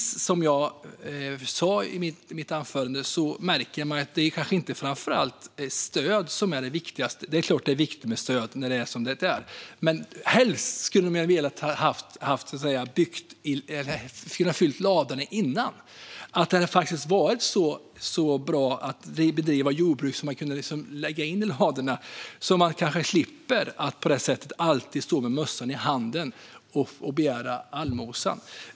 Som jag sa i mitt anförande märker man att det kanske inte är stöd som är det viktigaste. Det är klart att det är viktigt med stöd när det är som det är, men helst skulle man ha velat fylla ladorna innan. Man skulle vilja att det hade varit så bra att man kunde fylla ladorna i förväg, så att man skulle slippa att alltid stå med mössan i handen och begära allmosor.